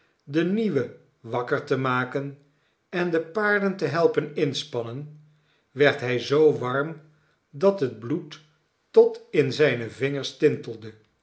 den nieuwen wakker te maken en de paarden te helpen inspannen werd hij zoo warm dat het bloed tot in zijne vingers tintelde